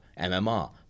MMR